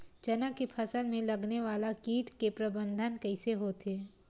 चना के फसल में लगने वाला कीट के प्रबंधन कइसे होथे?